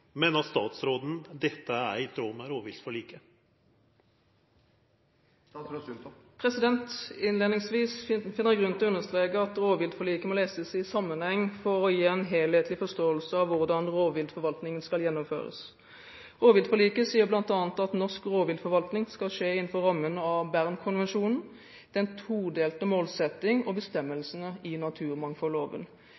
statsråden dette er i tråd med rovviltforliket?» Innledningsvis finner jeg grunn til å understreke at rovviltforliket må leses i sammenheng for å gi en helhetlig forståelse av hvordan rovviltforvaltningen skal gjennomføres. Rovviltforliket sier bl.a. at norsk rovviltforvaltning skal skje innenfor rammene av Bernkonvensjonen, den todelte målsetting og